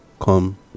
come